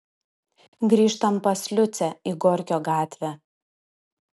grįžtam pas liucę į gorkio gatvę